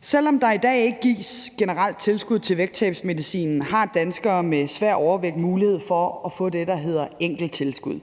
Selv om der i dag ikke gives generelt tilskud til vægttabsmedicinen, har danskere med svær overvægt mulighed for at få det, der hedder enkelttilskud.